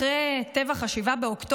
אחרי טבח 7 באוקטובר,